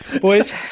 boys